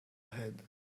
ahead